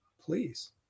Please